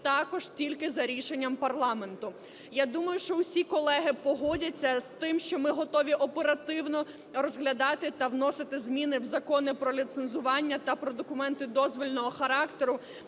також тільки за рішенням парламенту. Я думаю, що всі колеги погодяться з тим, що ми готові оперативно розглядати та вносити зміни в закони про ліцензування та про документи дозвільного характеру